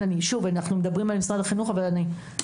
אנחנו מדברים על משרד החינוך אבל זו